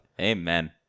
amen